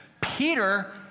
Peter